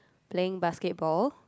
playing basketball